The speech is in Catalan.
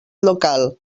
local